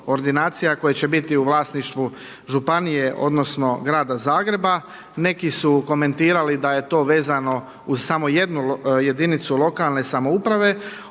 koje će biti u vlasništvu županije, odnosno Grada Zagreba. Neki su komentirali da je to vezano uz samo jednu jedinicu lokalne samouprave.